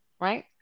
right